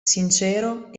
sincero